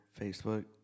Facebook